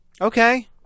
Okay